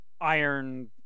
iron